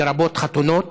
לרבות חתונות,